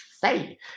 say